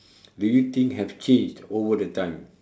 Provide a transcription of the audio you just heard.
do you think have changed over the time